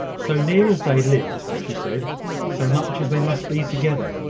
so near as they lived, she said so much as they must be together.